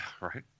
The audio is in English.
right